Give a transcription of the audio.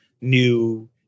new